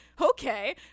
okay